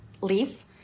Leaf